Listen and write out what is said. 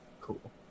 Cool